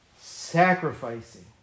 sacrificing